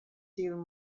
deal